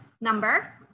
number